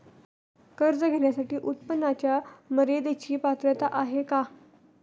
कर्ज घेण्यासाठी उत्पन्नाच्या मर्यदेची पात्रता आहे का?